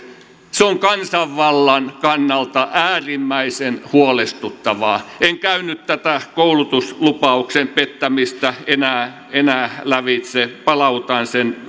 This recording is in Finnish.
se on kansanvallan kannalta äärimmäisen huolestuttavaa en käy nyt tätä koulutuslupauksen pettämistä enää enää lävitse palautan sen